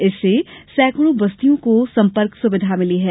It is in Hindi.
इससे सैकड़ों बस्तियों को संपर्क सुविधा मिली है